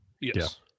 Yes